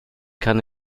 kann